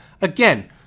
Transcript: again